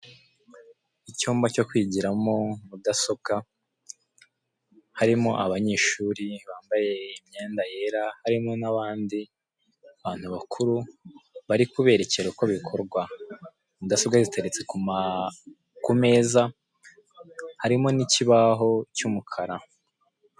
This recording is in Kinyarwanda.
Icyumba cyo kwigiramo mudasobwa harimo abanyeshuri bambaye imyenda yera harimo n'abandi bantu bakuru bari kuberekera uko bikorwa mudasobwa ziteretse ku meza harimo n'ikibaho cyumukara.